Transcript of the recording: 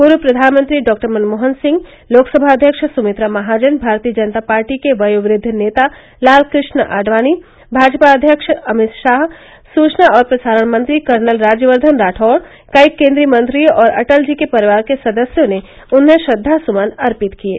पूर्व प्रधानमंत्री मनमोहन सिंह लोकसभा अध्यक्ष सुमित्रा महाजन भारतीय जनता पार्टी के वयोवद्व नेता लालकष्ण आडवाणी भाजपा अध्यक्ष अमित शाह सूचना और प्रसारण मंत्री कर्नल राज्यवर्द्वन राठौड़ कई केंद्रीय मंत्रियों और अटल जी के परिवार के सदस्यों ने उन्हें श्रद्वास्मन अर्पित किये